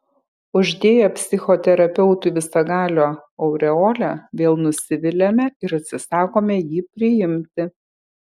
uždėję psichoterapeutui visagalio aureolę vėl nusiviliame ir atsisakome jį priimti